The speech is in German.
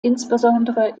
insbesondere